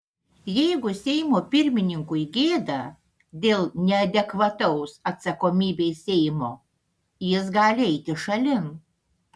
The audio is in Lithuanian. jeigu seimo pirmininkui gėda dėl neadekvataus atsakomybei seimo jis gali eiti šalin